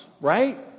right